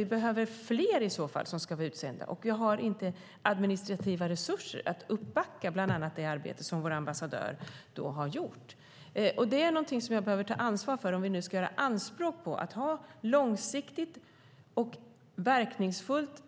Vi behöver i så fall fler som ska vara utsända, och vi har inte administrativa resurser att backa upp bland annat det arbete som vår ambassadör har gjort. Detta är någonting som jag behöver ta ansvar för om vi nu ska göra anspråk på att ha ett långsiktigt och verkningsfullt